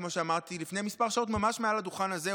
כמו שאמרתי ממש לפני כמה שעות מעל הדוכן הזה,